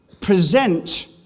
present